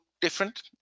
different